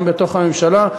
גם בתוך הממשלה,